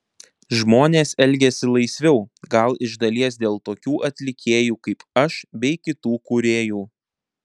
žmonės elgiasi laisviau gal iš dalies dėl tokių atlikėjų kaip aš bei kitų kūrėjų